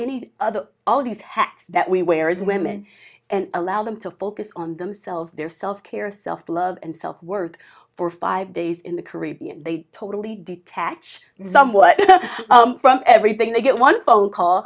any other all these hats that we wear as women and allow them to focus on themselves their self care self love and self worth for five days in the caribbean they totally detached somewhat from everything they get one phone call